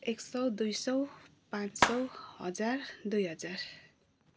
एक सौ दुई सौ पाँच सौ हजार दुई हजार